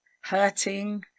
hurting